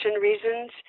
reasons